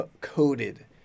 coated